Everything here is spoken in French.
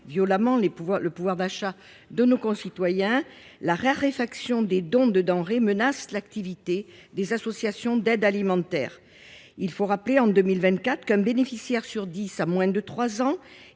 violemment le pouvoir d’achat de nos concitoyens, la raréfaction des dons de denrées menace l’activité des associations d’aide alimentaire. Or, il faut le rappeler, en 2024, un bénéficiaire sur dix a moins de 3 ans